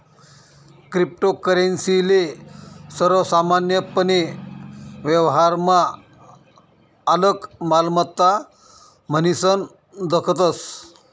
cryptocurrency ले सर्वसामान्यपने व्यवहारमा आलक मालमत्ता म्हनीसन दखतस